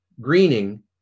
greening